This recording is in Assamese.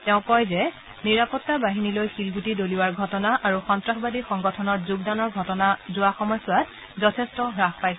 তেওঁ কয় যে নিৰাপত্তা বাহিনীলৈ শিলগুটি দলিওৱাৰ ঘটনা আৰু সন্ত্ৰাসবাদী সংগঠনত যোগদানৰ ঘটনা যোৱা সময়ছোৱাত যথেষ্ট হ্ৰাস পাইছে